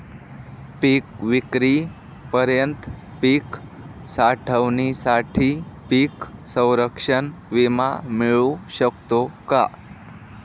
पिकविक्रीपर्यंत पीक साठवणीसाठी पीक संरक्षण विमा मिळू शकतो का?